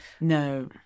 No